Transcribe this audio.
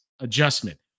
adjustment